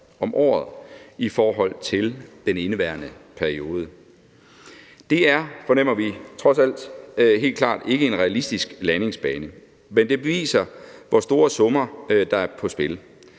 om året – i forhold til den indeværende periode. Det er, fornemmer vi trods alt, helt klart ikke en realistisk landingsbane, men det beviser, hvor store summer der er på spil,